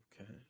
Okay